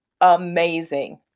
amazing